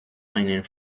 einen